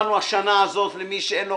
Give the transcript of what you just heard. השנה הזאת, למי שאין לו